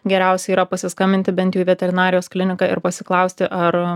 geriausia yra pasiskambinti bent jau į veterinarijos kliniką ir pasiklausti ar